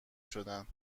شدن